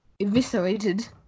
eviscerated